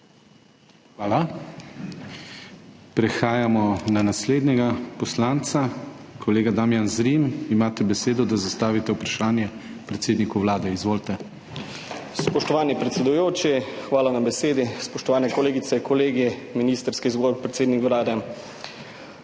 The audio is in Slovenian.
Hvala. Prehajamo na naslednjega poslanca. Kolega Damijan Zrim, imate besedo, da zastavite vprašanje predsedniku Vlade. Izvolite. DAMIJAN ZRIM (PS SD): Spoštovani predsedujoči, hvala za besedo. Spoštovane kolegice, kolegi, ministrski zbor, predsednik Vlade!